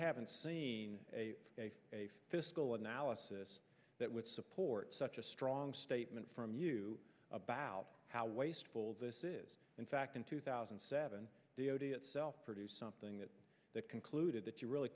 haven't seen a fiscal analysis that would support such a strong statement from you about how wasteful this is in fact in two thousand and seven d o t itself produced something that concluded that you really